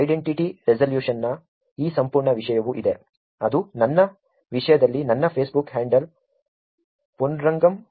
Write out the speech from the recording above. identity ರೆಸಲ್ಯೂಶನ್ನ ಈ ಸಂಪೂರ್ಣ ವಿಷಯವೂ ಇದೆ ಅದು ನನ್ನ ವಿಷಯದಲ್ಲಿ ನನ್ನ ಫೇಸ್ಬುಕ್ ಹ್ಯಾಂಡಲ್ ಪೊನ್ನುರಂಗಂ